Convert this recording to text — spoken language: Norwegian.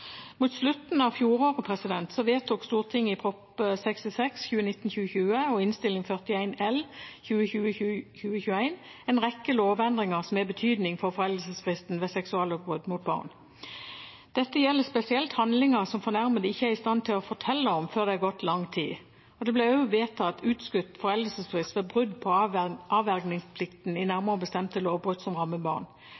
Mot slutten av fjoråret vedtok Stortinget i behandlingen av Prop. 66 L for 2019–2020 og Innst. 41 L for 2020–2021 en rekke lovendringer som har betydning for foreldelsesfristen ved seksuallovbrudd mot barn. Dette gjelder spesielt handlinger som fornærmede ikke er i stand til å fortelle om før det er gått lang tid. Det ble også vedtatt utskutt foreldelsesfrist ved brudd på avvergingsplikten i